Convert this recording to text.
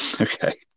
Okay